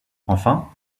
enfin